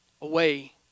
away